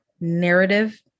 narrative